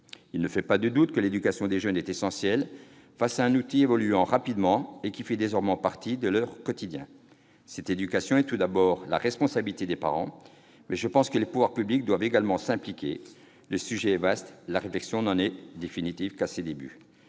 Il ne fait pas de doute que l'éducation des jeunes est essentielle pour les aider à maîtriser un outil qui évolue rapidement et qui fait désormais partie de leur quotidien. Cette éducation est tout d'abord de la responsabilité des parents, mais je pense que les pouvoirs publics doivent également s'impliquer. Le sujet est vaste, et la réflexion n'en est finalement qu'à ses débuts.